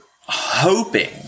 hoping